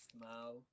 Smile